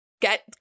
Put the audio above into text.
Get